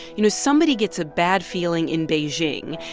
you know, somebody gets a bad feeling in beijing,